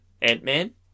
Ant-Man